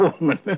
woman